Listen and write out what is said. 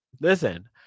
Listen